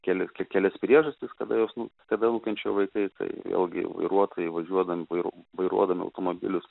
keli ke kelias priežastis kada jos nu kada nukenčia vaikai tai vėlgi vairuotojai važiuodami vai vairuodami automobilius